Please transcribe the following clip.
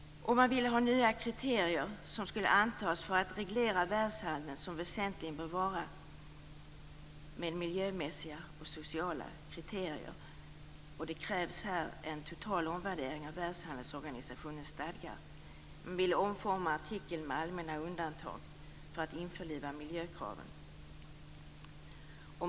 Man vill ha nya miljömässiga och sociala kriterier som skulle antas för att reglera världshandeln. Det krävs en total omvärdering av Världshandelsorganisationens stadgar. Man vill omforma en artikel med allmänna undantag för att införliva miljökraven.